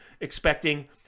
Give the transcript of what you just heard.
expecting